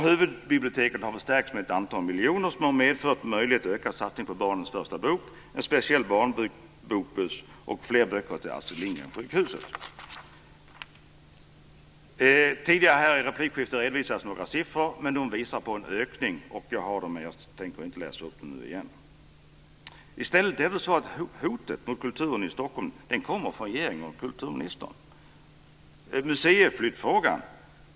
Huvudbiblioteket har förstärkts med ett antal miljoner, vilket har medfört en möjlighet till ökad satsning på barnens första bok, en speciell barnbokbuss och fler böcker till Astrid Lindgren-sjukhuset. Tidigare här i replikskiftet redovisades några siffror, men de visar på en ökning. Jag har dem här, men jag tänker inte läsa upp dem igen. I stället kommer hotet mot kulturen i Stockholm från regeringen och kulturministern. Ta t.ex. museiflyttfrågan.